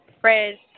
Fred